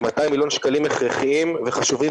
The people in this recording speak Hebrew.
הם 200 מיליון שקלים הכרחיים וחשובים